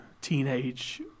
teenage